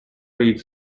reads